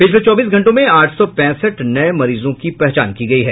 पिछले चौबीस घंटों में आठ सौ पैंसठ नये मरीजों की पहचान हुई है